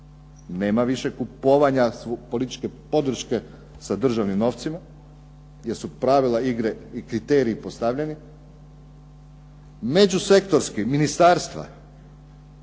nema više kupovanja političke podrške sa državnim novcima jer su pravila igre i kriteriji postavljeni. Međusektorski, ministarstva